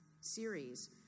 series